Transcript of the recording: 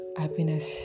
happiness